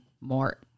more